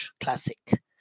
classic